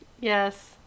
Yes